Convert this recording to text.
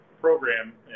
program